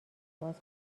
باز